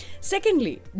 Secondly